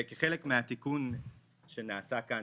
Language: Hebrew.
כחלק מהתיקון שנעשה כאן,